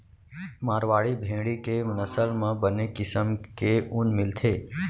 मारवाड़ी भेड़ी के नसल म बने किसम के ऊन मिलथे